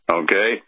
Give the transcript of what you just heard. okay